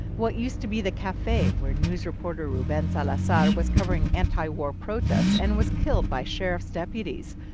what used to be the cafe where news reporter ruben salazar was covering antiwar protests and was killed by sheriff's deputies.